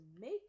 make